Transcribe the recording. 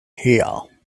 here